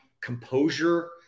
composure